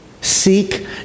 Seek